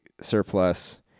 surplus